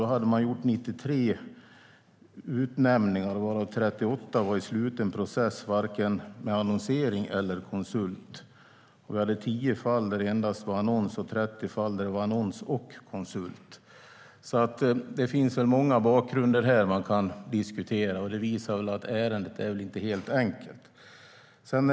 Då hade man gjort 93 utnämningar, varav 38 i en sluten process utan vare sig annonsering eller konsult, 10 med endast annons och 30 med annons och konsult. Det finns alltså många bakgrunder att diskutera. Det visar väl att ärendet inte är helt enkelt.